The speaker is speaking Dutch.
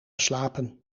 slapen